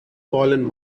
fallen